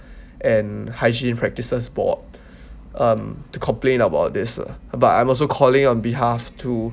and hygiene practices board um to complain about this but I'm also calling on behalf to